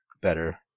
better